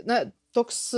na toks